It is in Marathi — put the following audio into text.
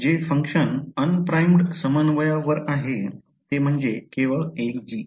जे फंक्शन un primed समन्वयवर आहे ते म्हणजे केवळ एक g